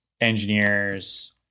engineers